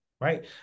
right